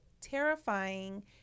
terrifying